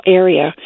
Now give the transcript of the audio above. area